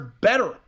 better